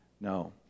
No